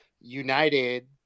united